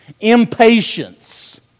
impatience